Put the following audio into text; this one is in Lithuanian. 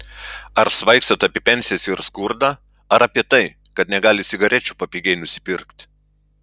ar svaigstat apie pensijas ir skurdą ar apie tai kad negalit cigarečių papigiai nusipirkti